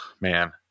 man